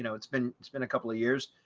you know it's been it's been a couple of years.